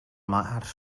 març